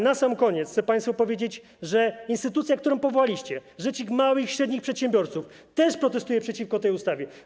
Na sam koniec chcę państwu powiedzieć, że instytucja, którą powołaliście, rzecznik małych i średnich przedsiębiorców, też protestuje przeciwko tej ustawie.